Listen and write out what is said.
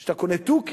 כשאתה קונה תוכי,